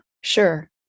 sure